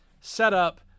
setup